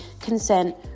consent